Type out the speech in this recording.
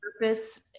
purpose